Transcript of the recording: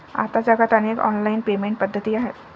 आता जगात अनेक ऑनलाइन पेमेंट पद्धती आहेत